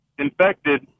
infected